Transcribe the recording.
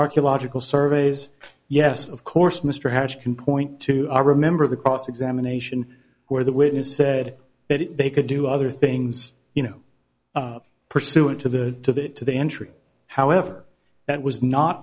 archaeological surveys yes of course mr harris can point to remember the cross examination where the witness said that they could do other things you know pursuant to the to that to the entry however that was not